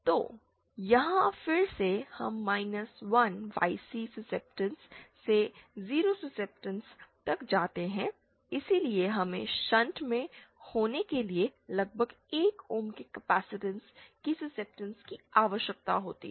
तो यहाँ फिर से हम 1 YC सुस्सेप्टेंस से 0 सुस्सेप्टेंस तक जाते हैं इसलिए हमें शंट में होने के लिए लगभग 1 ओम के कैपेसिटेंस की सुस्सेप्टेंस की आवश्यकता होती है